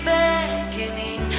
beckoning